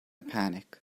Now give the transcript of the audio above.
panic